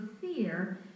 fear